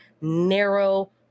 narrow